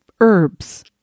herbs